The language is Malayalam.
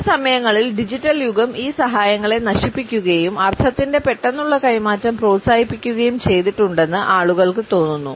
ചില സമയങ്ങളിൽ ഡിജിറ്റൽ യുഗം ഈ സഹായങ്ങളെ നശിപ്പിക്കുകയും അർത്ഥത്തിന്റെ പെട്ടെന്നുള്ള കൈമാറ്റം പ്രോത്സാഹിപ്പിക്കുകയും ചെയ്തിട്ടുണ്ടെന്ന് ആളുകൾക്ക് തോന്നുന്നു